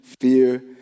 fear